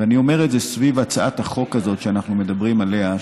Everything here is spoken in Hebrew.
ואני אומר את זה סביב הצעת החוק הזאת שאנחנו מדברים עליה,